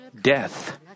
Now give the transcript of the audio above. death